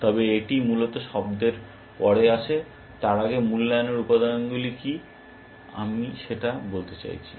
তবে এটি মূলত শব্দের পরে আসে তার আগে মূল্যায়নের উপাদানগুলি কী আমি সেটা বলতে চাইছি